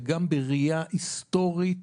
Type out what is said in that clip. וגם בראייה היסטורית